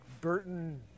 Burton